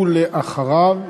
ואחריו,